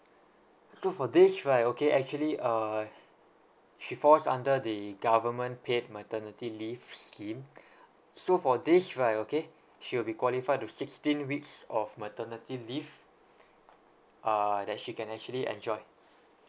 so for this right okay actually uh she falls under the government paid maternity leave scheme so for this right okay she will be qualified to sixteen weeks of maternity leave uh that she can actually enjoy